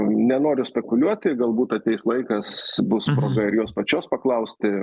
nenoriu spekuliuoti galbūt ateis laikas bus proga ir jos pačios paklausti